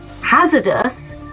hazardous